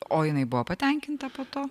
o jinai buvo patenkinta po to